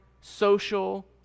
social